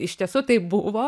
iš tiesų taip buvo